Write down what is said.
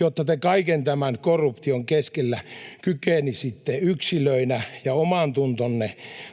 jotta te kaiken tämän korruption keskellä kykenisitte yksilöinä ja omantuntonne kautta